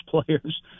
players